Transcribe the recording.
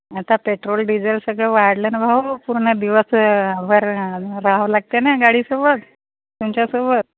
आता petrol diesel सगळं वाढले भाऊ पूर्ण दिवसभर नं राहावं लागते ना गाडीसोबत तुमच्यासोबत